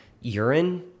urine